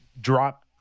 drop